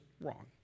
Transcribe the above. wrong